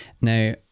Now